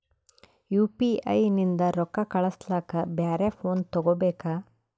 UPI ನಿಂದ ರೊಕ್ಕ ಕಳಸ್ಲಕ ಬ್ಯಾರೆ ಫೋನ ತೋಗೊಬೇಕ?